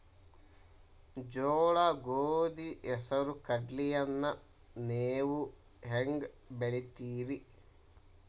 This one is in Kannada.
ಜೋಳ, ಗೋಧಿ, ಹೆಸರು, ಕಡ್ಲಿಯನ್ನ ನೇವು ಹೆಂಗ್ ಬೆಳಿತಿರಿ?